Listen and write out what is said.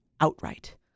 outright